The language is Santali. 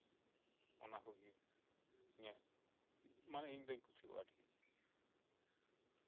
ᱚᱱᱟ ᱠᱚᱜᱮ ᱤᱧᱟᱹᱜ ᱢᱟᱱᱮ ᱤᱧ ᱫᱩᱧ ᱠᱩᱥᱤᱣᱟᱜᱼᱟ ᱟᱨ ᱠᱤ